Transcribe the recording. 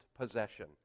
possession